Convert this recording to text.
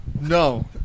No